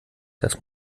das